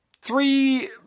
three